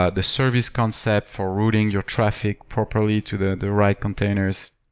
ah the service concept for rooting your traffic properly to the the right containers.